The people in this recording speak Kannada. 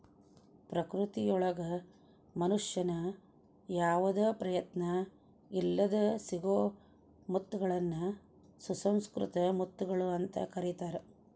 ಪ್ರಕೃತಿಯೊಳಗ ಮನುಷ್ಯನ ಯಾವದ ಪ್ರಯತ್ನ ಇಲ್ಲದ್ ಸಿಗೋ ಮುತ್ತಗಳನ್ನ ಸುಸಂಕೃತ ಮುತ್ತುಗಳು ಅಂತ ಕರೇತಾರ